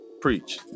Preach